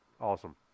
Awesome